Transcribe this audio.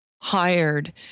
hired